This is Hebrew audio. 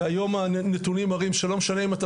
והיום הנתונים מראים שלא משנה אם אתה